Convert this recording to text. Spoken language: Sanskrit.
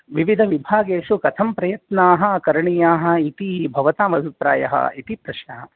विविधविभागेषु कथं प्रयत्नाः करणीयाः इति भवताम् अभिप्रायः इति प्रश्नः